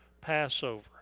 Passover